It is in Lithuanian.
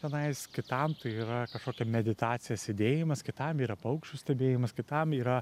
tenais kitam tai yra kažkokia meditacija sėdėjimas kitam yra paukščių stebėjimas kitam yra